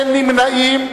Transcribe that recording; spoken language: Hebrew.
אין נמנעים.